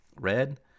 red